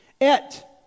Et